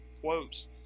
quotes